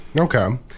Okay